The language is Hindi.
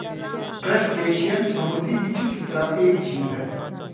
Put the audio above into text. क्रस्टेशियन समुंद्री बिच्छू की तरह एक जीव है